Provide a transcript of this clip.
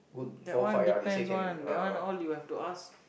that one depends one that one all you have to ask